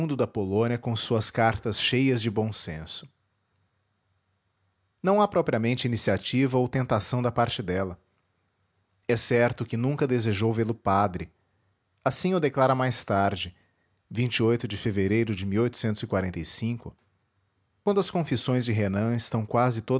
da polônia com suas cartas cheias de bom senso não há propriamente iniciativa ou tentação da parte dela é certo que nunca desejou vê-lo padre assim o declara mais tarde quando as confissões de renan estão quase